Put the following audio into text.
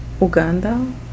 Uganda